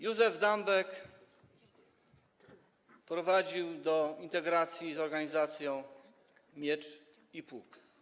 Józef Dambek prowadził do integracji z organizacją „Miecz i Pług”